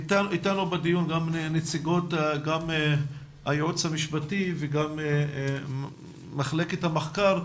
איתנו בדיון גם הייעוץ המשפטי וגם מחלקת המחקר.